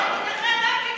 השר אמסלם.